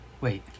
wait